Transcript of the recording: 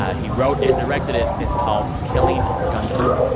ah he wrote and directed it. it's called killing gunther.